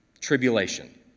Tribulation